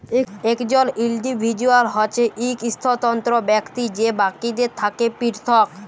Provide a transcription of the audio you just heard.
একজল ইল্ডিভিজুয়াল হছে ইক স্বতন্ত্র ব্যক্তি যে বাকিদের থ্যাকে পিরথক